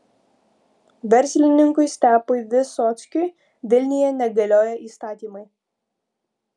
verslininkui stepui visockiui vilniuje negalioja įstatymai